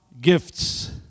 gifts